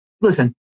listen